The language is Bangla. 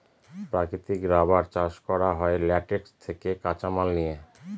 প্রাকৃতিক রাবার চাষ করা হয় ল্যাটেক্স থেকে কাঁচামাল নিয়ে